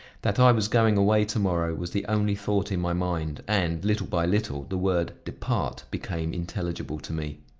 that i was going away to-morrow was the only thought in my mind and, little by little, the word depart became intelligible to me.